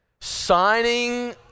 Signing